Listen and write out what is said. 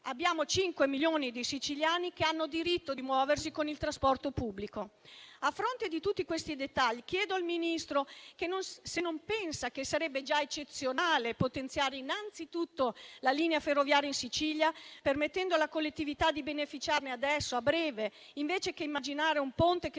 abbiamo 5 milioni di siciliani che hanno diritto a muoversi con il trasporto pubblico. A fronte di tutti questi dettagli, chiedo al Ministro se non pensa che sarebbe già eccezionale potenziare innanzitutto la linea ferroviaria in Sicilia, permettendo alla collettività di beneficiarne a breve, invece che immaginare un ponte che